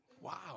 Wow